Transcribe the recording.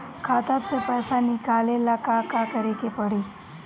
खाता से पैसा निकाले ला का का करे के पड़ी?